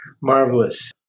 marvelous